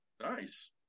nice